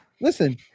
Listen